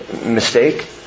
mistake